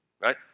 right